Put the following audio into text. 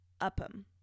Upham